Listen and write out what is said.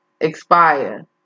expire